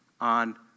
on